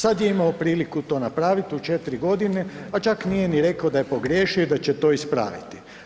Sad je imao priliku to napraviti u 4 g. a čak nije ni rekao da je pogriješio i da će to ispraviti.